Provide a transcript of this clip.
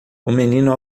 menino